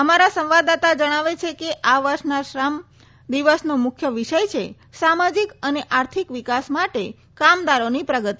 અમારા સંવાદદાતા જજ્ઞાવે છે કે આ વર્ષના શ્રમ દિવસનો મુખ્ય વિષય સામાજિક અને આર્થિક વિકાસ માટ કામદારોની પ્રગતિ